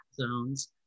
zones